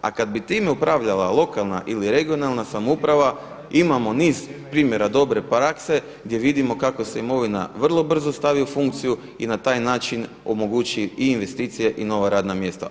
A kada bi time upravljala lokalna ili regionalna samouprava imamo niz primjera dobre prakse gdje vidimo kako se imovina vrlo brzo stavi u funkciju i na taj način omogući i investicije i nova radna mjesta.